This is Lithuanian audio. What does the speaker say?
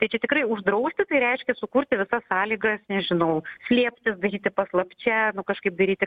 tai čia tikrai uždrausti tai reiškia sukurti visas sąlygas nežinau slėptis daryti paslapčia nu kažkaip daryti